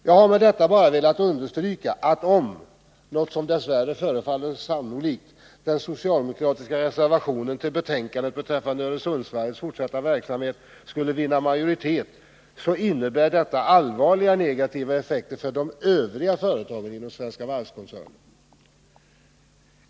Jag har med detta bara velat understryka att om — något som dess värre förefaller sannolikt — den socialdemokratiska reservationen vid betänkandet beträffande Öresundsvarvets fortsatta verksamhet skulle vinna majoritet, innebär detta allvarliga negativa effekter för de övriga företagen inom Svenska Varv-koncernen.